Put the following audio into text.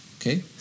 Okay